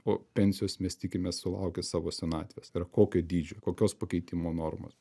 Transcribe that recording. o pensijos mes tikimės sulaukę savo senatvės tai yra kokio dydžio kokios pakeitimo normos